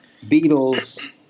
Beatles